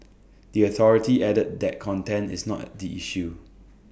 the authority added that content is not the issue